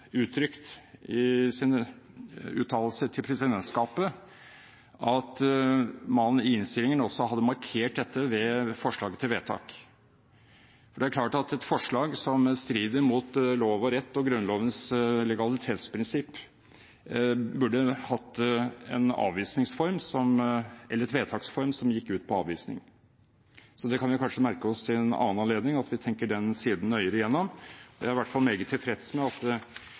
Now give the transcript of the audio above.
uttrykt i sine uttalelser til presidentskapet – at man i innstillingen hadde markert dette i forslaget til vedtak. Det er klart at et forslag som strider mot lov og rett og Grunnlovens legalitetsprinsipp, burde hatt en vedtaksform som gikk ut på avvisning. Vi kan kanskje merke oss til en annen anledning at vi tenker nøyere gjennom den siden. Jeg er i hvert fall meget tilfreds med at